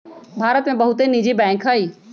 भारत में बहुते निजी बैंक हइ